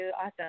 awesome